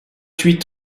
huit